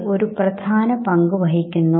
രണ്ടു നിബന്ധനകളാണ് അവരുടെ മുന്നിൽ വയ്ക്കുന്നത്